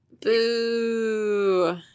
Boo